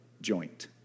joint